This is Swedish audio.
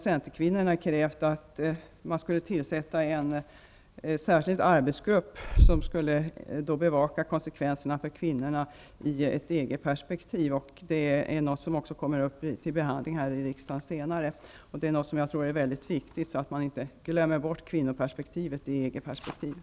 Centerkvinnorna har krävt att man skall tillsätta en särskild arbetsgrupp som skulle bevaka konsekvenserna för kvinnorna i ett EG-perspektiv. Det är något som också kommer upp till behandling här i riksdagen senare. Jag tror att det är mycket viktigt, så att man inte glömmer bort kvinnoperspektivet när det gäller EG.